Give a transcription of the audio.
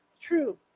True